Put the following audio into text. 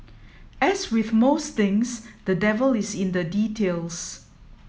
as with most things the devil is in the details